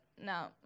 no